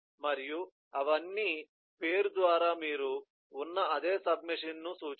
మరియు అవన్నీ పేరు ద్వారా మీరు ఉన్న అదే సబ్ మెషిన్ను సూచిస్తాయి